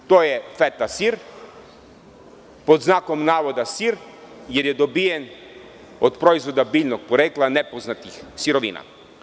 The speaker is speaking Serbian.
To je feta sir, pod znakom navoda „sir“, jer je dobijen od proizvoda biljnog porekla nepoznatih sirovina.